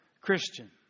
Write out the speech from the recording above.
Christian